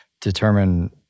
determine